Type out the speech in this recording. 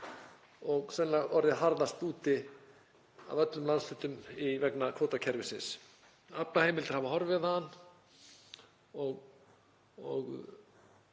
og sennilega orðið harðast úti af öllum landshlutum vegna kvótakerfisins. Aflaheimildir hafa horfið þaðan og